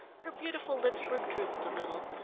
her beautiful lips were drooped a little.